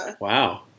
Wow